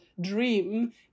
dream